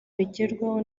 bigerwaho